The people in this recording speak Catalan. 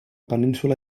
península